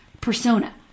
persona